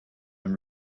and